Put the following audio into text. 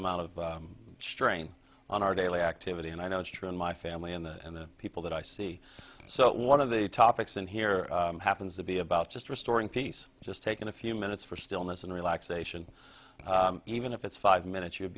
amount of strain on our daily activity and i know it's true in my family and in the people that i see so one of the topics in here happens to be about just restoring peace just taking a few minutes for stillness and relaxation even if it's five minutes you'